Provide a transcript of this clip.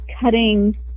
cutting